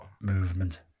movement